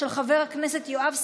של חבר הכנסת יואב סלגוביץ'